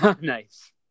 Nice